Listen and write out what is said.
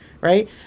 right